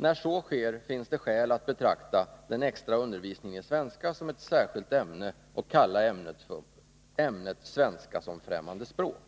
När så sker finns det skäl att betrakta den extra undervisningen i svenska som ett särskilt ämne och kalla ämnet svenska som främmande språk.